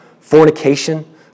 fornication